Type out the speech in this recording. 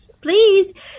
please